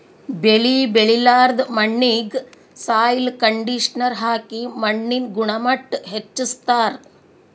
ಬೆಳಿ ಬೆಳಿಲಾರ್ದ್ ಮಣ್ಣಿಗ್ ಸಾಯ್ಲ್ ಕಂಡಿಷನರ್ ಹಾಕಿ ಮಣ್ಣಿನ್ ಗುಣಮಟ್ಟ್ ಹೆಚಸ್ಸ್ತಾರ್